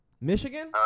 Michigan